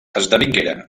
esdevingueren